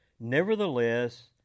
Nevertheless